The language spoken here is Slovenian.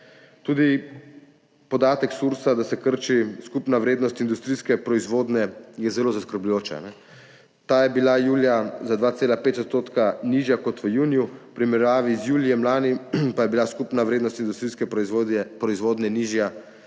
Tudi podatek Sursa, da se krči skupna vrednost industrijske proizvodnje, je zelo zaskrbljujoč. Ta je bila julija za 2,5 % nižja kot v juniju, v primerjavi z julijem lani pa je bila skupna vrednost industrijske proizvodnje nižja